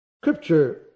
Scripture